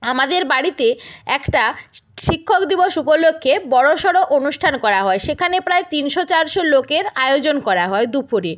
আমাদের বাড়িতে একটা শিক্ষক দিবস উপলক্ষে বড়ো সড়ো অনুষ্ঠান করা হয় সেখানে প্রায় তিনশো চারশো লোকের আয়োজন করা হয় দুপুরে